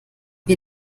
wir